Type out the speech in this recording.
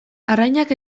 arrainak